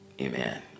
Amen